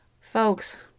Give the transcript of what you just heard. Folks